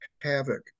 havoc